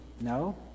No